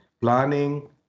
Planning